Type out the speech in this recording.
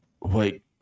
Wait